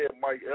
Mike